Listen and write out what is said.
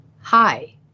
Hi